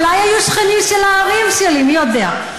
אולי היו שכנים של ההורים שלי, מי יודע.